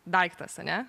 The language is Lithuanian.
daiktas ane